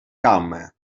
calma